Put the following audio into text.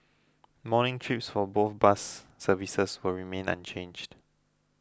morning trips for both bus services will remain unchanged